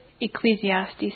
Ecclesiastes